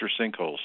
sinkholes